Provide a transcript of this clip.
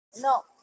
No